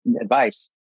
advice